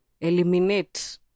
eliminate